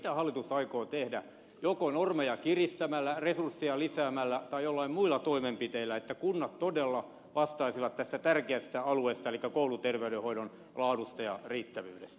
mitä hallitus aikoo tehdä joko normeja kiristämällä resursseja lisäämällä tai joillain muilla toimenpiteillä että kunnat todella vastaisivat tästä tärkeästä alueesta eli kouluterveydenhoidon laadusta ja riittävyydestä